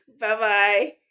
Bye-bye